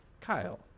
Kyle